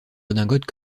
redingotes